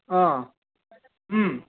অঁ